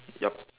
yup